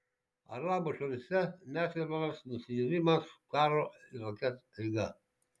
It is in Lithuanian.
arabų šalyse neslepiamas nusivylimas karo irake eiga